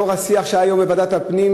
לאור השיח שהיה היום בוועדת הפנים